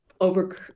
over